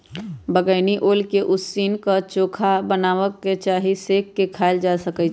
बइगनी ओल के उसीन क, चोखा बना कऽ चाहे सेंक के खायल जा सकइ छै